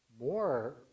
more